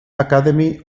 academy